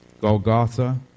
Golgotha